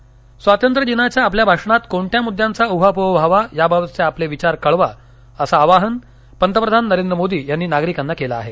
मोदी स्वातंत्र्य दिनाच्या आपल्या भाषणात कोणत्या मुद्द्यांचा उहापोह व्हावा या बाबतचे आपले विचार कळवा असं आवाहन पंतप्रधान नरेंद्र मोदी यांनी नागरिकांना केलं आहे